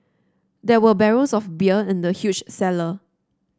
there were barrels of bear in the huge cellar